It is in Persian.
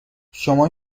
شما